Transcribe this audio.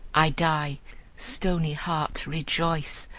i die stony heart, rejoice!